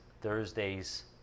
Thursday's